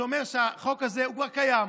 שאומר שהחוק הזה קיים,